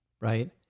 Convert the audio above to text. right